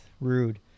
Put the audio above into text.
Rude